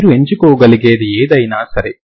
మీరు ఎంచుకోగలిగేది ఏదైనా సరే